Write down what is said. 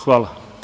Hvala.